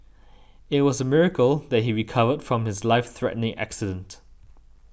it was a miracle that he recovered from his life threatening accident